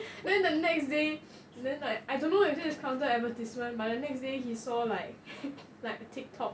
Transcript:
then then the next day then like I don't know it is counter advertisement by the next day he saw like like a TikTok